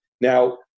Now